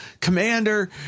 commander